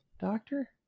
doctor